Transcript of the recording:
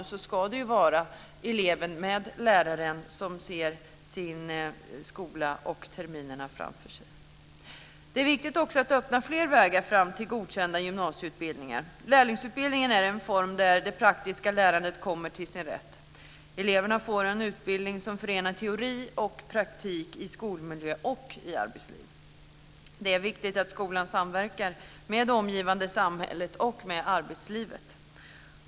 Planen ska upprättas av eleven och läraren gemensamt inför de kommande terminerna i skolan. Det är också viktigt att öppna fler vägar för elever att bli godkända i gymnasieutbildningen. Lärlingsutbildningen är en form där det praktiska lärandet kommer till sin rätt. Eleverna får en utbildning som förenar teori och praktik både i skolmiljö och i arbetslivet. Det är viktigt att skolan samverkar med det omgivande samhället och med arbetslivet.